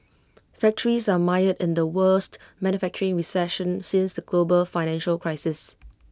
factories are mired in the worst manufacturing recession since the global financial crisis